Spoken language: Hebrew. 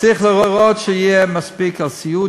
צריך שיהיה מספיק לסיעוד,